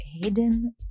hidden